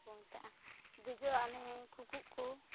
ᱪᱮᱫᱠᱚ ᱢᱮᱛᱟᱜᱼᱟ ᱫᱮᱡᱚᱜᱼᱟᱜ ᱚᱱᱮ ᱠᱩᱠᱩᱜ ᱠᱚ